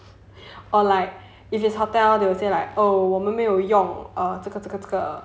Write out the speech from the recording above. or like if it's hotel they will say like oh 我们没有用这个这个这个